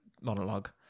monologue